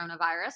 coronavirus